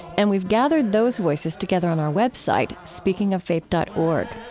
and we've gathered those voices together on our web site, speakingoffaith dot org.